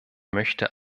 möchte